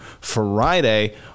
Friday